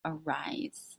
arise